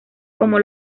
como